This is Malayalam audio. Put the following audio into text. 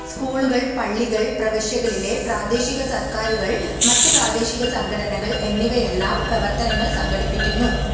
സ്കൂളുകൾ പള്ളികൾ പ്രവിശ്യകളിലെ പ്രാദേശികസർക്കാരുകൾ മറ്റ് പ്രാദേശിക സംഘടനകൾ എന്നിവയെല്ലാം പ്രവർത്തനങ്ങൾ സംഘടിപ്പിക്കുന്നു